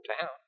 town